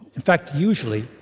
in fact usually,